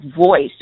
voice